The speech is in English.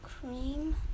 cream